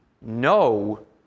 No